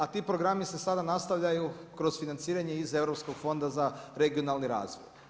A ti programi se sada nastavljaju kroz financiranje iz Europskog fonda za regionalni razvoj.